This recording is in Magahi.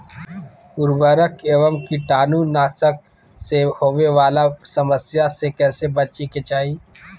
उर्वरक एवं कीटाणु नाशक से होवे वाला समस्या से कैसै बची के चाहि?